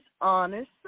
honest